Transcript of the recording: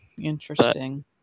interesting